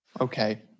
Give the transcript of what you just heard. Okay